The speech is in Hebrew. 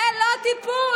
זה לא טיפול.